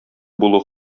булу